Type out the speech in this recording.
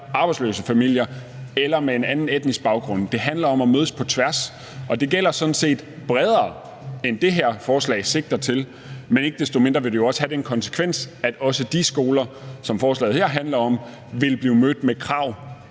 arbejdsløshed eller familier med en anden etnisk baggrund. Det handler om at mødes på tværs. Og det gælder sådan set bredere, end det her forslag sigter mod, men ikke desto mindre vil det jo også have den konsekvens, at også de skoler, som forslaget her handler om, vil blive mødt med krav